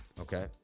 Okay